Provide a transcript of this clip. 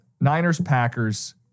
Niners-Packers